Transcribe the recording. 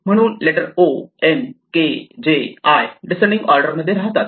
म्हणून letter O N K J I descending order मध्ये राहतात